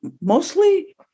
Mostly